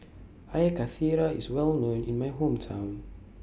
Air Karthira IS Well known in My Hometown